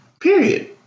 period